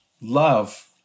Love